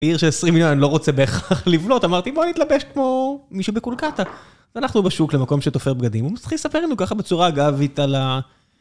בעיר של 20 מיליון אני לא רוצה בהכרח לבלוט, אמרתי בוא נתלבש כמו מישהו בקולקטה הלכנו בשוק למקום שתופר בגדים, הוא מתחיל לספר לנו ככה בצורה אגבית על ה...